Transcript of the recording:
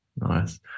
Nice